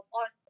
on